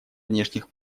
внешних